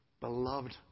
beloved